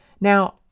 Now